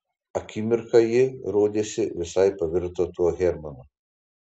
akimirką ji rodėsi visai pavirto tuo hermanu